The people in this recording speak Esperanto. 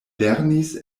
lernis